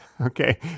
Okay